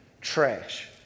trash